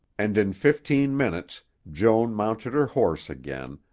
and in fifteen minutes joan mounted her horse again,